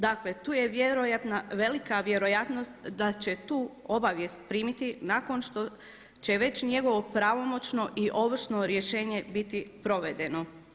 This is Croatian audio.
Dakle, tu je velika vjerojatnost da će tu obavijest primiti nakon što će već njegovo pravomoćno i ovršno rješenje biti provedeno.